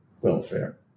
welfare